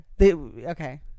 Okay